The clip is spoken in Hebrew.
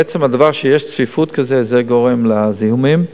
עצם הצפיפות גורמת לזיהומים,